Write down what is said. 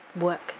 work